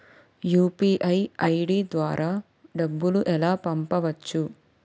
UPI ID ద్వారా డబ్బులు ఎలా పంపవచ్చు?